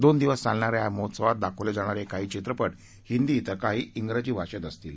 दोन दिवस चालणाऱ्या या महोत्सवात दाखवले जाणारे काही चित्रपट हिंदी तर काही ग्रेजी भाषेत असतील